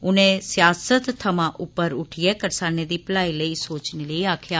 उनें सियासत थमां उप्पर उट्ठियै करसानें दी भलाई बेहतरी सोचने लेई आक्खेया